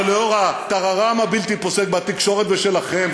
אבל לנוכח הטררם הבלתי-פוסק בתקשורת ושלכם,